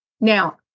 Now